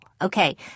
Okay